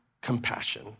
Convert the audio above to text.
compassion